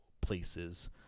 places